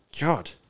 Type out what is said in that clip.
God